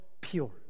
Pure